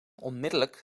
onmiddellijk